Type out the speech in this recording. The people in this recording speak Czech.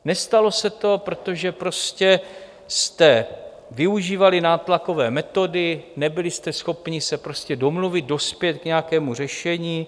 Nestalo se to, protože prostě jste využívali nátlakové metody, nebyli jste schopni se domluvit, dospět k nějakému řešení.